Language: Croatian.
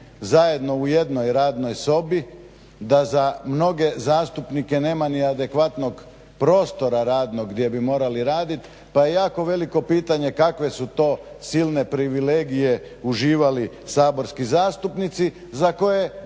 zajedno u jednoj radnoj sobi, da za mnoge zastupnike nema ni adekvatnog prostora radnog gdje bi morali radit pa je jako veliko pitanje kakve su to silne privilegije uživali saborski zastupnici za koje ne